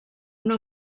una